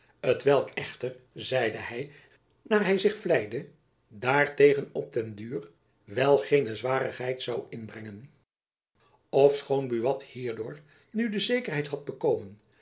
t welk echter zeide hy naar hy zich vleide daar tegen op den duur wel geene zwarigheid zoû inbrengen ofschoon buat hierdoor nu de zekerheid had bekomen